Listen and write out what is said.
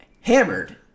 hammered